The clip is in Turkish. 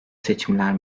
seçimler